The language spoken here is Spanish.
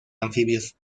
anfibios